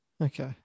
okay